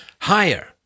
higher